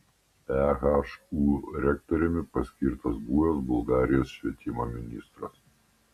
ehu rektoriumi paskirtas buvęs bulgarijos švietimo ministras